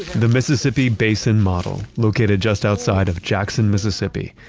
the mississippi basin model, located just outside of jackson, mississippi,